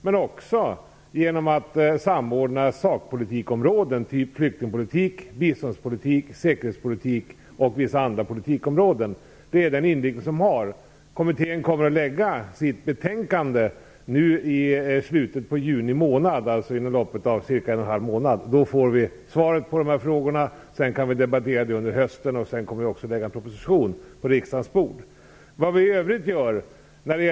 Men också genom att samordna sakpolitikområden, t.ex. flyktingpolitik, biståndspolitik, säkerhetspolitik osv. Det är den inriktning de har. Kommittén kommer att lägga fram sitt betänkande i slutet på juni månad, dvs. inom loppet av cirka en och en halv månad. Då får vi svar på dessa frågor. Sedan kan vi debattera detta under hösten. Vi kommer också att lägga en proposition på riksdagens bord. Vad gör vi då i övrigt?